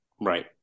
Right